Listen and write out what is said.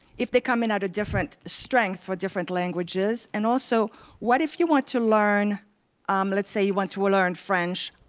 if they come in at a different strength for different languages? and also what if you want to learn um let's say you want to learn french.